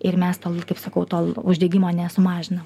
ir mes tol kaip sakau tol uždegimo nesumažinam